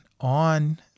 on